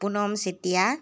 Punam Chetia